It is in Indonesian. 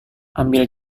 ambil